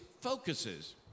focuses